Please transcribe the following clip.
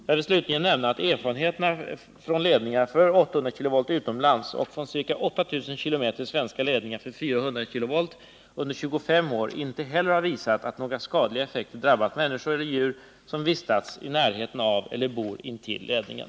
Slutligen vill jag nämna att erfarenheterna från ledningar för 800 kV utomlands och från ca 8 000 km svenska ledningar för 400 kV under 25 år inte heller har visat att några skadliga effekter drabbat människor eller djur som vistas i närheten av eller bor intill ledningen.